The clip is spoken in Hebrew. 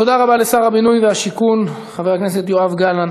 תודה רבה לשר הבינוי והשיכון חבר הכנסת יואב גלנט.